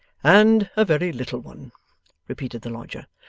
and a very little one repeated the lodger.